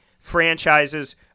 franchises